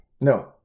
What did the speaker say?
No